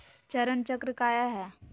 चरण चक्र काया है?